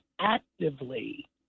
actively